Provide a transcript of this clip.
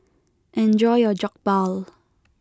enjoy your Jokbal